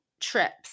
trips